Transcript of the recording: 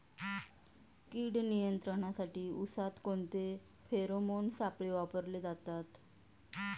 कीड नियंत्रणासाठी उसात कोणते फेरोमोन सापळे वापरले जातात?